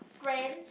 friend